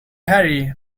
harry